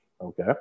okay